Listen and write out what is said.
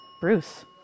Bruce